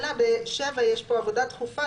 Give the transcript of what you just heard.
ב-(7) יש פה "עבודה דחופה".